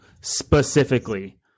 specifically